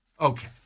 Okay